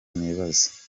nibaza